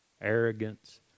arrogance